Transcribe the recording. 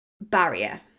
barrier